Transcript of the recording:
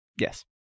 Yes